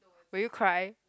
will you cry